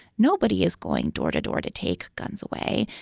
nobody is going door to door to take guns away.